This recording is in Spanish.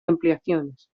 ampliaciones